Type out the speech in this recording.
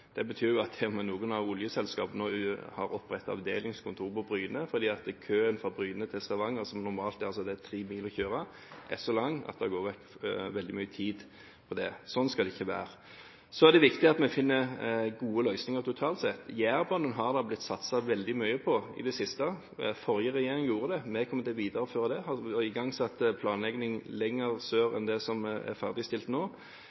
Bryne til Stavanger – det er tre mil å kjøre – normalt er så lang at det går bort mye tid til det. Slik skal det ikke være. Det er viktig at vi totalt sett finner gode løsninger. Jærbanen har det blitt satset veldig mye på i det siste. Den forrige regjeringen gjorde det. Vi kommer til å videreføre det. Vi har igangsatt planlegging lenger sør enn det som er ferdigstilt nå.